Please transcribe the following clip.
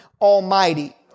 Almighty